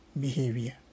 behavior